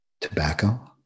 tobacco